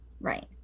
right